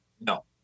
No